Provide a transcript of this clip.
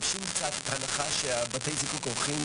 נזר סמנכ"לית תעשיות ורישוי עסקים,